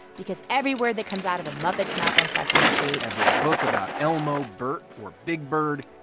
because every word that comes out of a muppet's mouth on sesame street. every book about elmo, bert or big bird.